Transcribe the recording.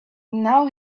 now